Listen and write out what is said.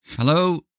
Hello